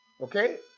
Okay